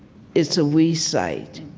it's a we sight.